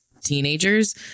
teenagers